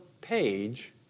page